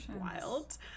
wild